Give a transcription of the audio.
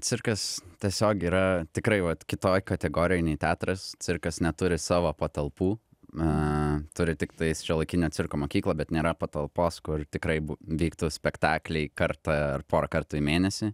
cirkas tiesiog yra tikrai vat kitoj kategorijoj nei teatras cirkas neturi savo patalpų a turi tiktais šiuolaikinio cirko mokyklą bet nėra patalpos kur tikrai bū vyktų spektakliai kartą ar porą kartų į mėnesį